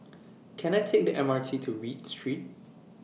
Can I Take The M R T to Read Street